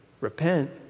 repent